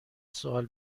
سوال